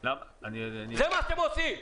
- זה מה שאתם עושים.